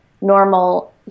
normal